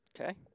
Okay